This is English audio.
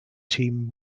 team